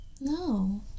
No